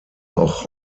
auch